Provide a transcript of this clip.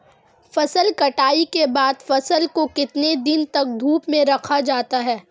फसल कटाई के बाद फ़सल को कितने दिन तक धूप में रखा जाता है?